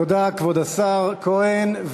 תודה, כבוד השר כהן.